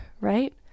right